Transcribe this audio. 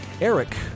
Eric